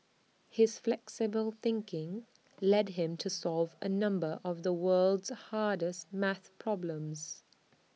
his flexible thinking led him to solve A number of the world's hardest math problems